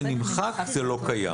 אם זה נמחק זה לא קיים.